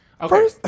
Okay